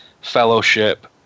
fellowship